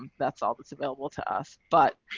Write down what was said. um that's all that's available to us but